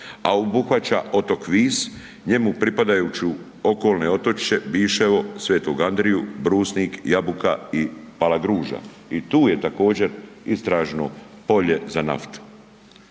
a obuhvaća otok Vis, njemu pripadajuće okolne otočiće Biševo, Svetog Andriju, Brusnik, Jabuka i Palagruža i tu je također istražno polje za naftu.